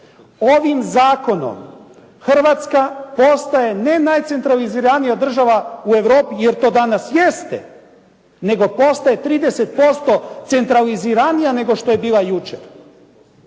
Ovim zakonom Hrvatska postaje ne najcentraliziranija država u Europi jer to danas jeste, nego postaje 30% centraliziranija nego što je bila jučer.